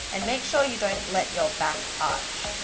and make sure you don't let your back arch,